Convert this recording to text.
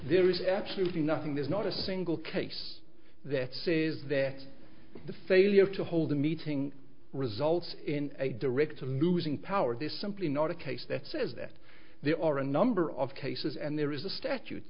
there is absolutely nothing there's not a single case that says that the failure to hold a meeting results in a direct of losing power this simply not a case that says that there are a number of cases and there is a statute